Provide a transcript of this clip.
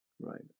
Right